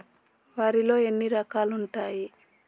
వరిలో ఎన్ని రకాలు ఉంటాయి?